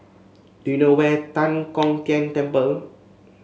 do you know where Tan Kong Tian Temple